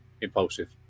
impulsive